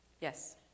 Yes